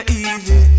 easy